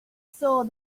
saw